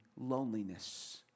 loneliness